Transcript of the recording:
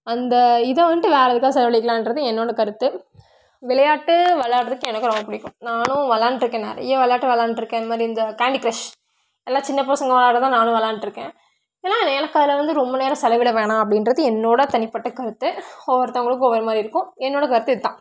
அந்த இதை வந்துட்டு வேறு எதுக்காக செலவழிக்கலான்றது என்னோடய கருத்து விளையாட்டு விளையாட்றதுக்கு எனக்கு ரொம்ப பிடிக்கும் நானும் விளாண்ட்ருக்கேன் நிறைய விளையாட்டு விளாயாண்ட்ருக்கேன் இந்தமாதிரி இந்த கேண்டி க்ரஷ் எல்லா சின்னப்பசங்கள் விளையாட்றதுதான் நானும் விளாண்ட்ருக்கேன் இல்லைன்னா எனக்கு அதில் வந்து ரொம்ப நேரம் செலவிட வேணாம் அப்படின்றது என்னோடய தனிப்பட்ட கருத்து ஒவ்வொருத்தவர்களுக்கு ஒவ்வொரு மாதிரி இருக்கும் என்னோடய கருத்து இதுதான்